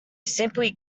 simply